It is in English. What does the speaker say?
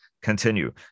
continue